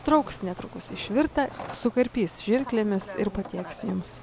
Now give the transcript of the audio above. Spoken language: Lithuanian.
trauks netrukus išvirtą sukarpys žirklėmis ir patieks jums